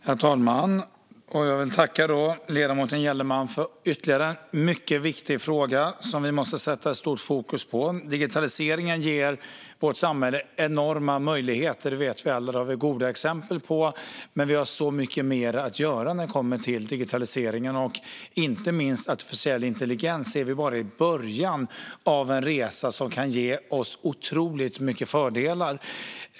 Herr talman! Jag vill tacka ledamoten Gellerman för ytterligare en mycket viktig fråga som vi måste sätta starkt fokus på. Vi vet alla att digitaliseringen ger vårt samhälle enorma möjligheter; det har vi goda exempel på. Men vi har mycket mer att göra när det gäller digitaliseringen - inte minst när det gäller artificiell intelligens är vi bara i början av en resa som kan ge oss otroligt många fördelar.